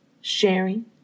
sharing